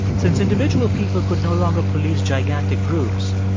since individual people could no longer police gigantic groups,